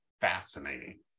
fascinating